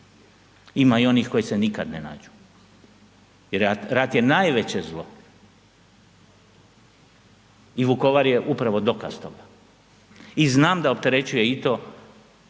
Ima i onih koji se nikad ne nađu jer rat je najveće zlo. I Vukovar je upravo dokaz toga i znam da opterećuje i to